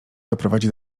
doprowadzi